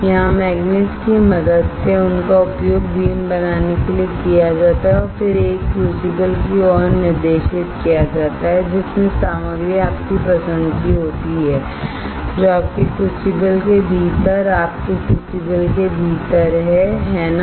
यहाँ मैग्नेट की मदद से इनका उपयोग बीम बनाने के लिए किया जाता है और फिर एक क्रूसिबल की ओर निर्देशित किया जाता है जिसमें सामग्री आपकी पसंद की होती है जो आपके क्रूसिबल के भीतर आपके क्रूसिबल के भीतर है है ना